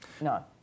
no